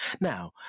Now